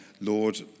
Lord